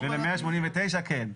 ול-189 כן.